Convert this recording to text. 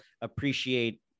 appreciate